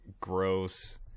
gross